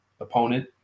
opponent